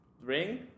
ring